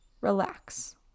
relax